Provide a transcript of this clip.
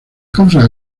causa